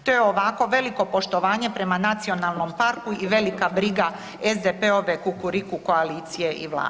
To je ovako veliko poštovanje prema Nacionalnom parku i velika briga SDP-ove Kukuriku koalicije i Vlade.